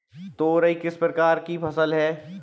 तोरई किस प्रकार की फसल है?